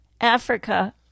Africa